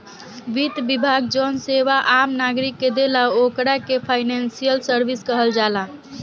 वित्त विभाग जवन सेवा आम नागरिक के देला ओकरा के फाइनेंशियल सर्विस कहल जाला